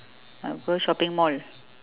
uh go shopping mall